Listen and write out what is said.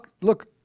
Look